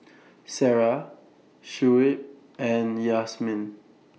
Sarah Shuib and Yasmin